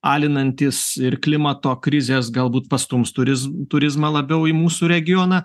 alinantys ir klimato krizės galbūt pastums turiz turizmą labiau į mūsų regioną